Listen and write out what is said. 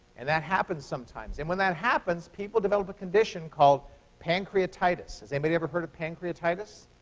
and that happens sometimes. and when that happens, people develop a condition called pancreatitis. has anybody ever heard of pancreatitis?